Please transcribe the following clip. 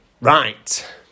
Right